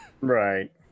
Right